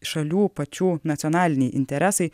šalių pačių nacionaliniai interesai